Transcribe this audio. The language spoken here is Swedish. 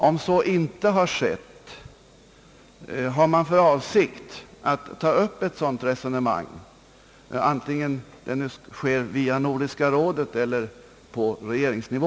Om ett samarbete inte kommit till stånd, har man då för avsikt att ta upp ett sådant resonemang, antingen det nu sker via Nordiska rådet eller på regeringsnivå?